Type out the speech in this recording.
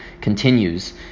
continues